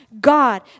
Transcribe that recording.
God